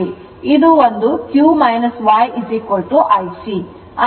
ಇದು ಒಂದು q y I C